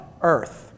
Earth